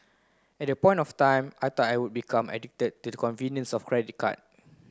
at that point of time I thought I would become addicted to the convenience of credit card